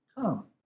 come